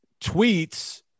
tweets